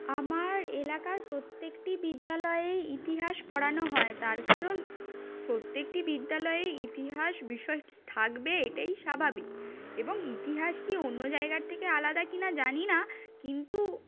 আমার এলাকার প্রত্যেকটি বিদ্যালয়েই ইতিহাস পড়ানো হয় তার কারণ প্রত্যেকটি বিদ্যালয়েই ইতিহাস বিষয়টি থাকবে এটাই স্বাভাবিক এবং ইতিহাস কী অন্য জায়গা থেকে আলাদা কিনা জানি না কিন্তু